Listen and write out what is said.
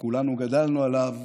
שכולנו גדלנו עליו,